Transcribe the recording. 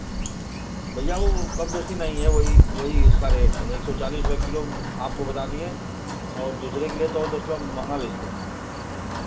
भैया वह कम बेसी नहीं हैं वही वही इसका रेट है एक सौ चालीस रुपया किलो आपको बता दिए हैं और दूसरे के लिए तो और दस रुपया महँगा बेचते हैं